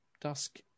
Dusk